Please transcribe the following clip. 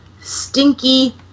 stinky